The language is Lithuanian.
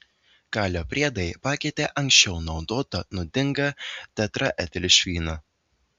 kalio priedai pakeitė anksčiau naudotą nuodingą tetraetilšviną